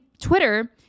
Twitter